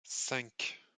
cinq